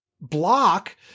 block